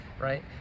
right